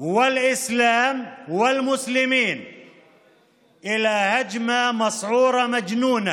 למין האנושי כולו ולא רק למוסלמים ההולכים בעקבותיו.